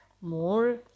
more